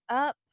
up